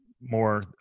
more